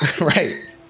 right